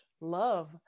love